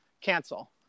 cancel